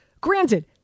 Granted